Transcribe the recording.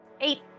Eight